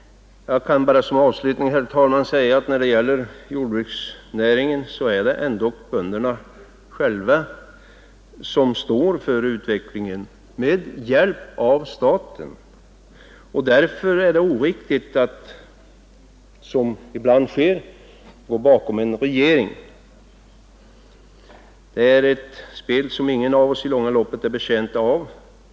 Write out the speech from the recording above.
Jag vill bara som avslutning, herr talman, säga att det är bönderna själva som med hjälp av staten står för utvecklingen av jordbruksnäringen. Därför är det oriktigt att, som ibland sker, krypa bakom regeringen. Det är ett spel som inga av oss i långa loppet är betjänta av.